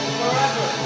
forever